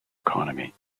economy